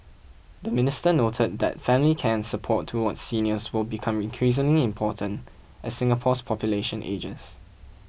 the minister noted that family care and support towards seniors will become increasingly important as Singapore's population ages